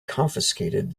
confiscated